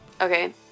Okay